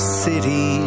city